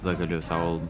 tada galiu sau